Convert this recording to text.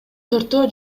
төртөө